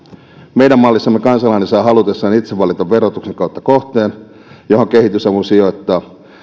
meidän mallissamme kansalainen saa halutessaan itse valita verotuksen kautta kohteen johon kehitysavun sijoittaa